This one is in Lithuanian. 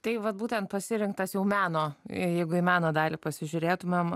tai vat būtent pasirinktas jau meno jeigu į meno dalį pasižiūrėtumėm